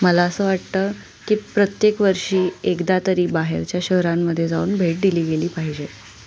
मला असं वाटतं की प्रत्येक वर्षी एकदा तरी बाहेरच्या शहरांमध्ये जाऊन भेट दिली गेली पाहिजे